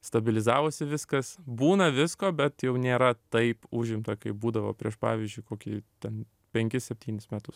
stabilizavosi viskas būna visko bet jau nėra taip užimta kaip būdavo prieš pavyzdžiui kokį ten penkis septynis metus